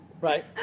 right